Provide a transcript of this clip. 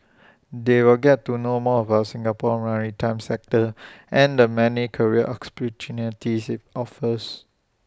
they'll get to know more about Singapore's maritime sector and the many career IT offers